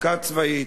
מכה צבאית.